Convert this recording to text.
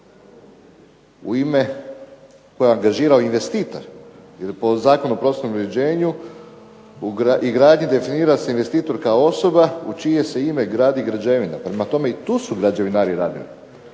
u ime koje je angažirao investitor, po Zakonu o prostornom uređenju i gradnji definira se investitor kao osoba u čije se ime gradi građevina, prema tome i tu su građevinari ranjivi,